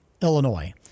Illinois